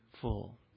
full